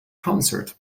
concert